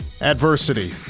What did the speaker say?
Adversity